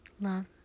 Love